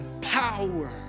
power